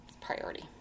priority